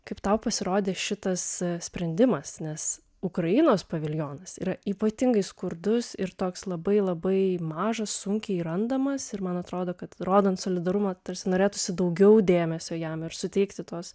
kaip tau pasirodė šitas sprendimas nes ukrainos paviljonas yra ypatingai skurdus ir toks labai labai mažas sunkiai randamas ir man atrodo kad rodant solidarumą tarsi norėtųsi daugiau dėmesio jam ir suteikti tos